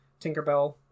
tinkerbell